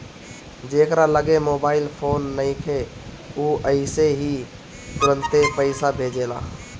जेकरा लगे mobile phone नइखे उ अइसे ही तुरंते पईसा भेजेला